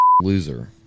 loser